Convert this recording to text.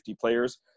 players